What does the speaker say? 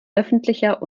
öffentlicher